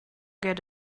get